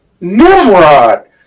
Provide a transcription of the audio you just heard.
Nimrod